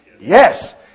Yes